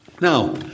Now